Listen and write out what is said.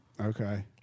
Okay